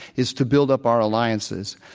is to build up our alliances.